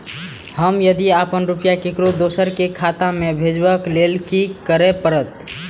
हम यदि अपन रुपया ककरो दोसर के खाता में भेजबाक लेल कि करै परत?